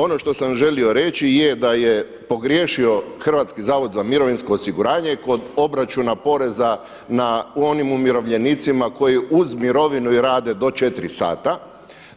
Ono što sam želio reći je da je pogriješio HZMO kod obračuna poreza onim umirovljenicima koji uz mirovinu i rade do 4 sata,